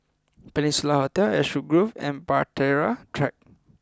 Peninsula Hotel Ashwood Grove and Bahtera Track